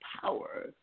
power